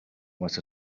was